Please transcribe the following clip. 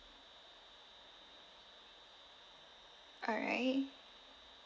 alright